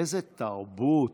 איזו תרבות,